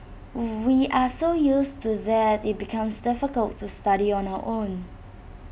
we are so used to that IT becomes difficult to study on our own